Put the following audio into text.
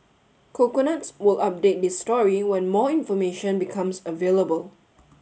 coconuts will update this story when more information becomes available